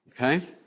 Okay